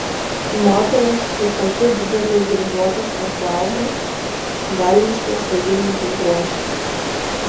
moteris su tokiu dideliu dryžuotu šlagbaumu velniškai svaiginantis grožis